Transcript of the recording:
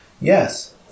Yes